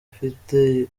afite